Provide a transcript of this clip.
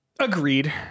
Agreed